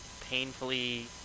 painfully